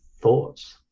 thoughts